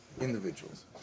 individuals